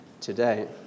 today